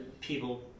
people